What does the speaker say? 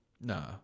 Nah